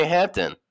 Hampton